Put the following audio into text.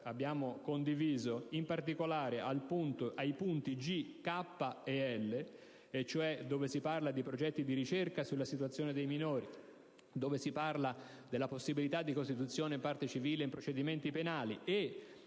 abbiamo condiviso, in particolare ai punti *g)*, *k)* e *l)*, dove si parla di progetti di ricerca sulla situazione dei minori, dove si parla della possibilità di costituzione di parte civile in procedimenti penali e,